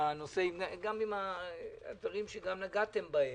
וגם בדברים שנגעתם בהם: